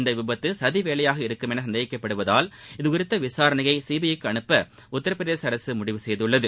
இந்த விபத்து சதி வேலையாக இருக்கும் என சந்தேகிக்கப்படுவதால் இதுகுறித்த விசாரணையை சிபிஐ க்கு அனுப்ப உத்தரப் பிரதேச அரசு முடிவு செய்துள்ளது